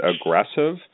aggressive